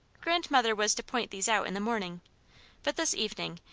godmother was to point these out in the morning but this evening,